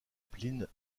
pline